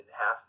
half